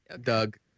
Doug